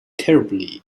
terribly